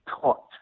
taught